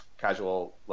casual